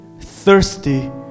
thirsty